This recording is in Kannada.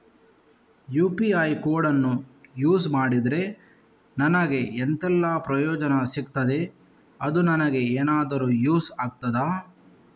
ಯು.ಪಿ.ಐ ಕೋಡನ್ನು ಯೂಸ್ ಮಾಡಿದ್ರೆ ನನಗೆ ಎಂಥೆಲ್ಲಾ ಪ್ರಯೋಜನ ಸಿಗ್ತದೆ, ಅದು ನನಗೆ ಎನಾದರೂ ಯೂಸ್ ಆಗ್ತದಾ?